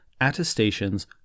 attestations